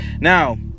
Now